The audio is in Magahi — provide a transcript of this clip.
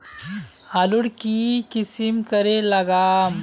आलूर की किसम करे लागम?